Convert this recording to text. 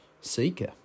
seeker